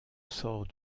sort